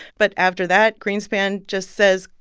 but after that greenspan just says,